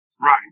right